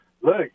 Look